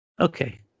Okay